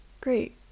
Great